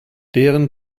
deren